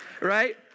Right